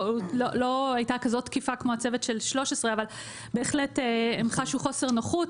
לא הייתה כזו תקיפה כמו הצוות של 13. אבל בהחלט הם חשו חוסר נוחות.